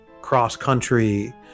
cross-country